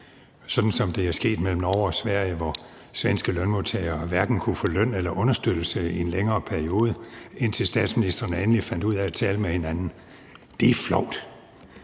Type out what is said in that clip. sådan som det er sket mellem Norge og Sverige, hvor svenske lønmodtagere hverken kunne få løn eller understøttelse i en længere periode, indtil statsministrene endelig fandt ud af at tale med hinanden. Det er flovt!